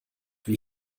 wie